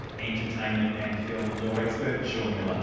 entertainment and film law expert, shaun miller.